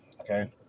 okay